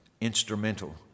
Instrumental